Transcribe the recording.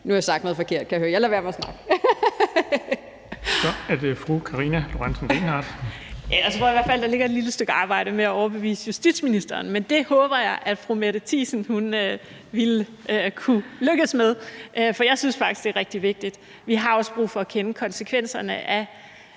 Så er det fru Karina Lorentzen Dehnhardt. Kl. 15:59 Karina Lorentzen Dehnhardt (SF): Jeg tror i hvert fald, der ligger et lille stykke arbejde med at overbevise justitsministeren. Men det håber jeg at fru Mette Thiesen ville kunne lykkes med, for jeg synes faktisk, det er rigtig vigtigt. Vi har også brug for at kende konsekvenserne af